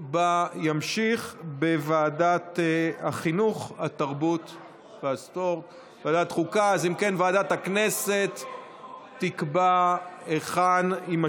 2022, לוועדה שתקבע ועדת הכנסת נתקבלה.